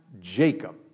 Jacob